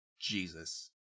Jesus